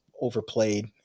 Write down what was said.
overplayed